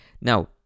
Now